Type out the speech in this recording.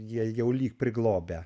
jie jau lyg priglobę